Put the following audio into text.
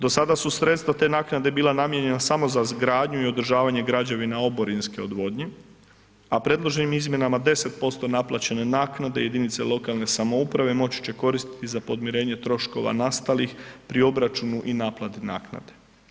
Do sada su sredstva te naknade bila namijenjena samo za izgradnju i održavanje građevina oborinske odvodnje, a predloženim izmjenama 10% naplaćene naknade jedinice lokalne samouprave moći će koristiti za podmirenje troškova nastalih pri obračunu i naplati naknade.